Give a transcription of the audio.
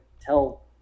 tell